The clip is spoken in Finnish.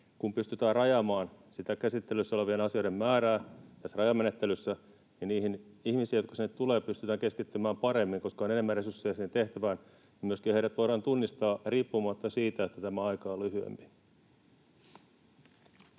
kun pystytään rajaamaan sitä käsittelyssä olevien asioiden määrää tässä rajamenettelyssä, niin niihin ihmisiin, jotka sinne tulevat, pystytään keskittymään paremmin. Koska on enemmän resursseja siihen tehtävään, niin heidät myöskin voidaan tunnistaa riippumatta siitä, että tämä aika on lyhyempi.